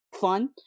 fun